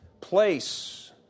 place